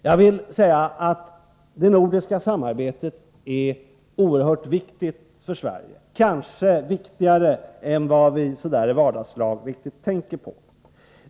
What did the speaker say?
Jag vill säga att det nordiska samarbetet är oerhört viktigt för Sverige, kanske viktigare än vad vi i vardagslag tänker på.